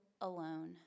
alone